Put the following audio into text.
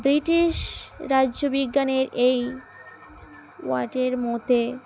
British রাজ্যবিজ্ঞানের এই ওয়ার্ডের মতে